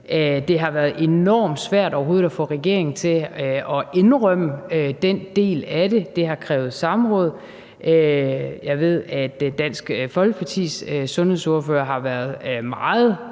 Det har været enormt svært overhovedet at få regeringen til at indrømme den del af det. Det har krævet samråd, og jeg ved, at Dansk Folkepartis sundhedsordfører har været meget